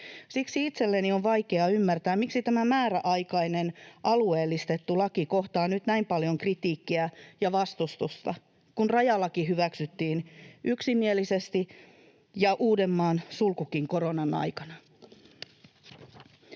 Siksi itseni on vaikea ymmärtää, miksi tämä määräaikainen, alueellistettu laki kohtaa nyt näin paljon kritiikkiä ja vastustusta, kun rajalaki hyväksyttiin yksimielisesti ja Uudenmaan sulkukin koronan aikana.